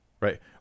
right